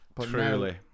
Truly